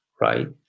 right